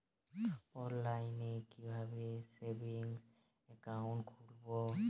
অনলাইনে কিভাবে savings account খুলবো?